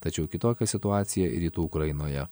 tačiau kitokia situacija rytų ukrainoje